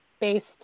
based